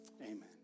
Amen